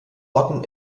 orten